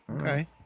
Okay